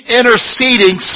interceding